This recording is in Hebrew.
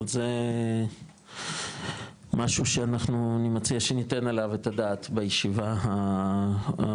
זה משהו שאני מציע שניתן עליו את הדעת בישיבה הכוללת.